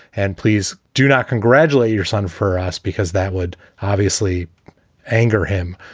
and please do not congratulate your son for us, because that would obviously anger him.